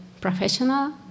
professional